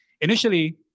initially